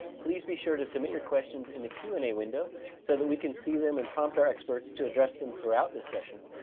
please be sure to submit your questions in the q and a window so that we can see them and prompt our experts to address them throughout this session.